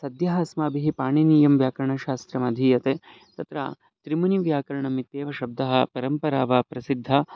सद्यः अस्माभिः पाणिनीयं व्याकरणशास्त्रम् अधीयते तत्र त्रिमुनि व्याकरणमित्येव शब्दाः परम्परा वा प्रसिद्धा